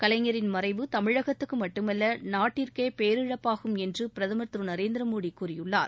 கலைஞரின் மறைவு தமிழகத்துக்கு மட்டுமல்ல நாட்டிற்கே பேரிழப்பாகும் என்று பிரதம் திரு நரேந்திரமோடி கூறியுள்ளார்